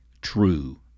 true